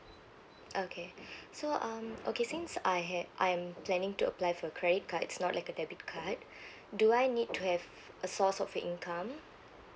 okay so um okay since I have I am planing to apply for credit card it's not like a debit card do I need to have a source of income